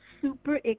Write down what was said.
super